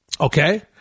okay